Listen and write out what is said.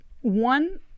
one